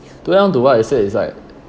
to add on to what I said it's like